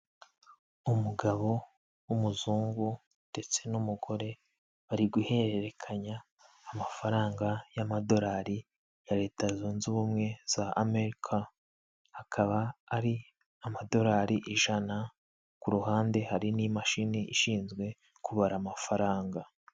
Umugabo w'umuzungu ndetse n'umugore, bari guhererekanya amafaranga y'amadolari ya leta zunze ubumwe za Amerika. Akaba ari amadolari ijana, ku ruhande hari n'imashini ishinzwe kubara amafaranga.